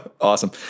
Awesome